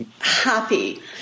happy